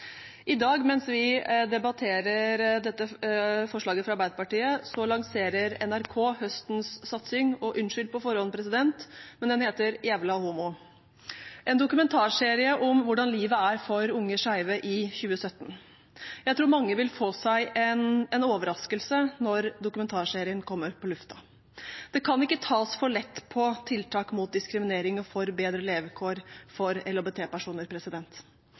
I dag, mens vi debatterer dette forslaget fra Arbeiderpartiet, lanserer NRK høstens satsing, og unnskyld på forhånd, president, men den heter «Jævla homo» og er en dokumentarserie om hvordan livet er for unge skeive i 2017. Jeg tror mange vil få seg en overraskelse når dokumentarserien kommer på lufta. Det kan ikke tas for lett på tiltak mot diskriminering og for bedre levekår for